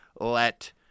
let